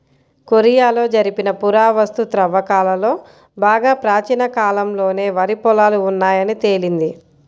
కొరియాలో జరిపిన పురావస్తు త్రవ్వకాలలో బాగా ప్రాచీన కాలంలోనే వరి పొలాలు ఉన్నాయని తేలింది